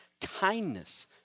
kindness